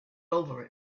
over